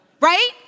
Right